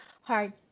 hard